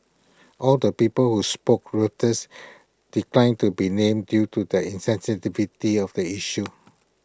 all the people who spoke Reuters declined to be named due to the insensitivity of the issue